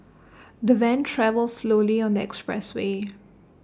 the van travelled slowly on the expressway